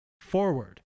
Forward